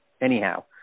anyhow